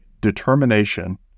determination